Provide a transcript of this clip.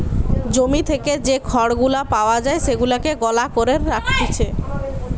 জমি থেকে যে খড় গুলা পাওয়া যায় সেগুলাকে গলা করে রাখতিছে